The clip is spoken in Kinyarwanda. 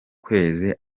kwezi